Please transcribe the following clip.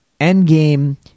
Endgame